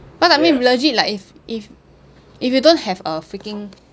cause I mean legit like if if if you don't have a freaking